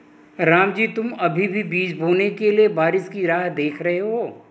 रामजी तुम अभी भी बीज बोने के लिए बारिश की राह देख रहे हो?